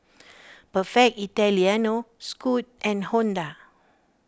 Perfect Italiano Scoot and Honda